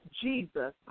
Jesus